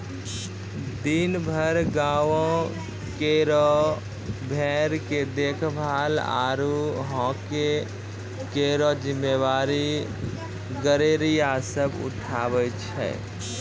दिनभर गांवों केरो भेड़ के देखभाल आरु हांके केरो जिम्मेदारी गड़ेरिया सब उठावै छै